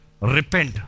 Repent